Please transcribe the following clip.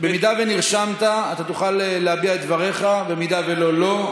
אם נרשמת אתה תוכל להביע את דבריך, אם לא, לא.